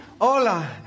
Hola